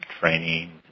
training